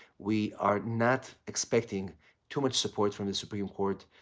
we are not expecting too much support from the supreme court